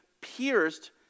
pierced